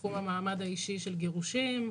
בתחום המעמד האישי של גירושים.